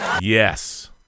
Yes